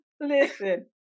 Listen